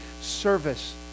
service